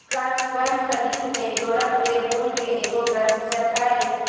कर स्वयं खरीद में जोड़ल गेल मूल्य के एगो प्रतिशत हइ